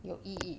有意义